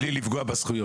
מבלי לפגוע בזכויות.